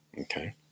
okay